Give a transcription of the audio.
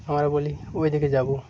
আমরা বলি ওই থেকে যাবো